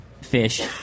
Fish